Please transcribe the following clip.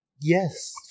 Yes